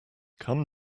come